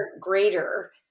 greater